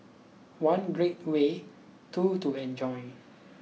one great way two to enjoy